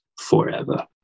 forever